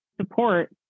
support